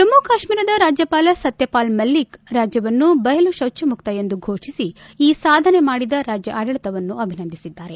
ಜಮ್ಗು ಕಾಶ್ಲೀರದ ರಾಜ್ಯಪಾಲ ಸತ್ಯಪಾಲ್ ಮಲಿಕ್ ರಾಜ್ಯವನ್ನು ಬಯಲು ಶೌಚ ಮುಕ್ತ ಎಂದು ಘೋಷಿಸಿ ಈ ಸಾಧನೆ ಮಾಡಿದ ರಾಜ್ಯ ಆಡಳಿತವನ್ನು ಅಭಿನಂದಿಸಿದ್ದಾರೆ